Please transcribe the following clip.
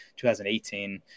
2018